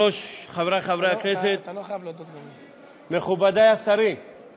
בצלאל, 40 תומכים, אין מתנגדים, שבעה נמנעים.